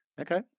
Okay